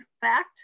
fact